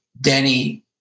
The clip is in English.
Danny